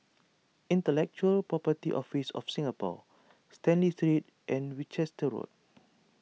Intellectual Property Office of Singapore Stanley Street and Winchester Road